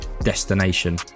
destination